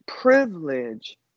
privilege